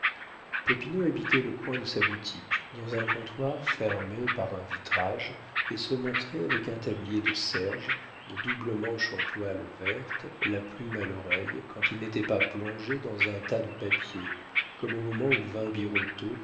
popinot habitait le coin de sa boutique dans un comptoir fermé par un vitrage et se montrait avec un tablier de serge de doubles manches en toile verte la plume à l'oreille quand il n'était pas plongé dans un tas de papiers comme au moment où